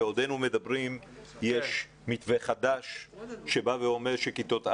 בעודנו מדברים, יש מתווה חדש שבא ואומר שכיתות א'